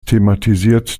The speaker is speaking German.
thematisiert